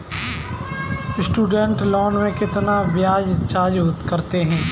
Student loan में कितना ब्याज चार्ज करते हैं?